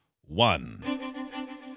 one